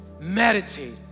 Meditate